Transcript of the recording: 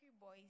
boys